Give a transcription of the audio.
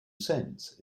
cents